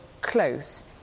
close